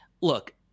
Look